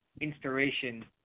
inspiration